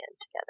together